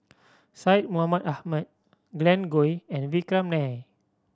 Syed Mohamed Ahmed Glen Goei and Vikram Nair